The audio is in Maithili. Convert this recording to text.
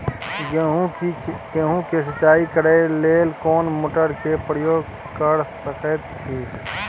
गेहूं के सिंचाई करे लेल कोन मोटर के प्रयोग कैर सकेत छी?